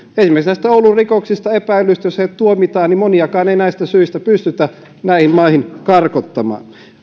esimerkiksi näistä oulun rikoksista epäillyistä jos heidät tuomitaan moniakaan ei näistä syistä johtuen pystytä näihin maihin karkottamaan